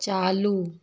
चालू